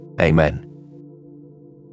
Amen